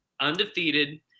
undefeated